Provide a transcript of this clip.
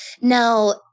Now